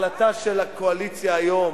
ההחלטה של הקואליציה היום,